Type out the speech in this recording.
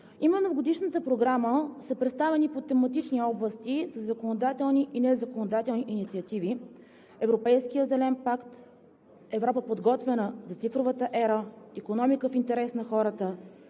Именно в Годишната програма са представени по тематични области със законодателни и незаконодателни инициативи – „Европейският зелен пакт“, „Европа подготвена за цифровата ера“, „Икономика в интерес на хората“,